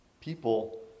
people